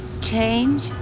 Change